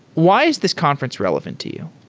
why is this conference relevant to you?